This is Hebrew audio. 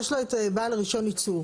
יש לו את בעל רישיון ייצור.